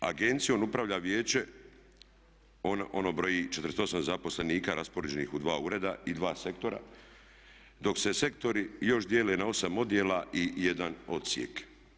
Agencijom upravlja Vijeće, ono broji 48 zaposlenika raspoređenih u dva ureda i dva sektora dok se sektori još dijele na 8 odjela i 1 odsjek.